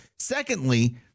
Secondly